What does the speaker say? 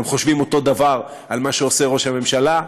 הם חושבים אותו דבר על מה שעושה ראש הממשלה.